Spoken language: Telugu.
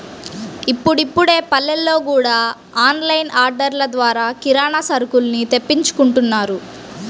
ఇప్పుడిప్పుడే పల్లెల్లో గూడా ఆన్ లైన్ ఆర్డర్లు ద్వారా కిరానా సరుకుల్ని తెప్పించుకుంటున్నారు